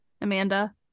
Amanda